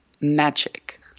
magic